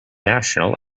national